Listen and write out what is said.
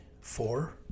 four